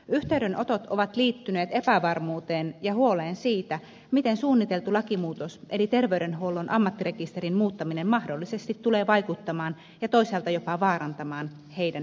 yhteydenotot ovat liittyneet epävarmuuteen ja huoleen siitä miten suunniteltu lakimuutos eli terveydenhuollon ammattirekisterin muuttaminen mahdollisesti tulee vaikuttamaan heidän yksityisyytensä suojaan ja toisaalta jopa vaarantamaan sen